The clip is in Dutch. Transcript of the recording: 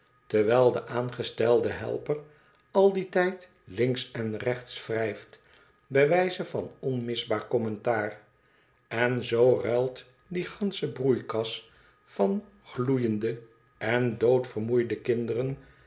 terwijl de aangestelde helper al dien tijd links en rechts wrijft bij wijze van onmisbaar commentaar en zoo ruilt die gansche broeikast van gloeiende en doodvermoeide kinderen